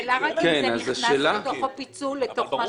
השאלה רק אם זה נכנס לתוך הפיצול או לא.